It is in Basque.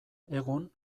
egun